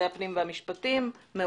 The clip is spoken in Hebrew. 330יד. (א)